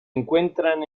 encuentran